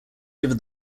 over